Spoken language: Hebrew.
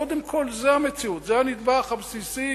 קודם כול, זאת המציאות, זה הנדבך הבסיסי